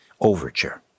overture